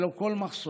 ללא כל מחסור.